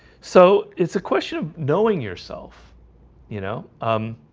so it's a question of knowing yourself you know um